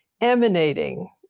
emanating